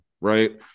right